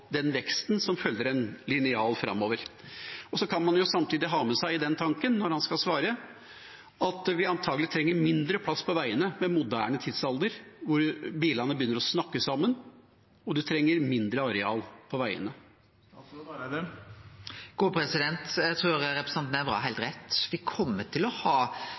den veksten som følger en linjal framover? Da kan han samtidig ha med seg i den tanken, når han skal svare, at vi antakelig trenger mindre plass på veiene i en moderne tidsalder der bilene begynner å snakke sammen og en trenger mindre areal på veiene. Eg trur representanten Nævra har heilt rett. Me kjem til å ha